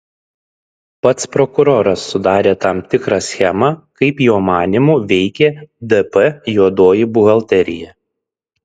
pats prokuroras sudarė tam tikrą schemą kaip jo manymu veikė dp juodoji buhalterija